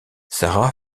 sara